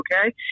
okay